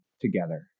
together